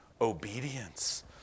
obedience